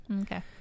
Okay